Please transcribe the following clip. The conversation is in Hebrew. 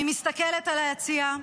אני מסתכלת על היציע,